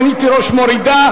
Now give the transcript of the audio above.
רונית תירוש מורידה.